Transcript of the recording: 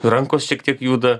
rankos šiek tiek juda